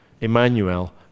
Emmanuel